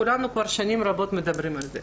אנחנו כועסות ואנחנו לא כועסות סתם.